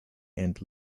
and